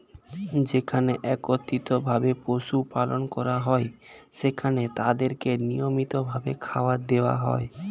যেখানে একত্রিত ভাবে পশু পালন করা হয়, সেখানে তাদেরকে নিয়মিত ভাবে খাবার দেওয়া হয়